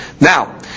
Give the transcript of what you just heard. Now